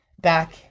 back